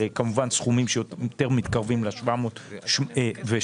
כמובן לסכומים שיותר מתקרבים ל700 ו-800.